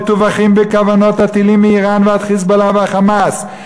מטווחים בכוונות הטילים מאיראן ועד "חיזבאללה" וה"חמאס".